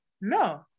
no